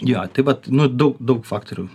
jo tai vat nu daug daug faktorių